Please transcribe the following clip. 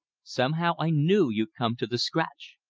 somehow i knew you'd come to the scratch.